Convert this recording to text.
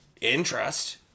interest